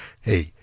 Hey